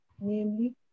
namely